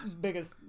biggest